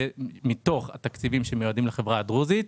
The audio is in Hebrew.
מתוך התקציבים שמיועדים לחברה הדרוזית,